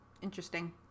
Interesting